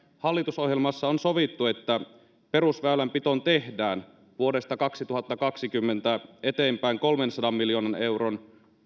hallitusohjelmassa on sovittu että perusväylänpitoon tehdään vuodesta kaksituhattakaksikymmentä eteenpäin kolmensadan miljoonan euron